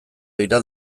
dira